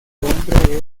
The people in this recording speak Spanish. hombre